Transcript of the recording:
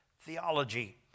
theology